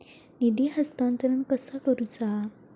निधी हस्तांतरण कसा करुचा?